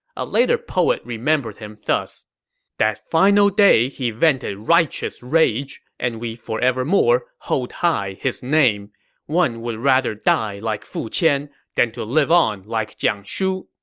a later poet remembered him thus that final day he vented righteous rage and we forevermore hold high his name one would rather die like fu qian than to live on like jiang shu